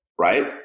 right